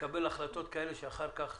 לקבל החלטות כאלה שאחר כך,